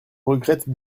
regrette